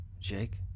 Jake